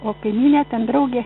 o kaimynė ten draugė